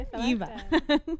Eva